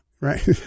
Right